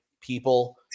people